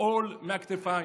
עול מהכתפיים.